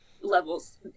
levels